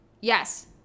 Yes